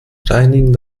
reinigen